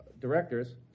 directors